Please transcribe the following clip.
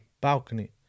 balcony